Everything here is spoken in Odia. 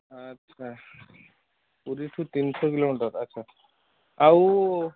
ଆଚ୍ଛା ପୁରୀଠାରୁ ତିନିଶହ କିଲୋମିଟର ଆଚ୍ଛା ଆଉ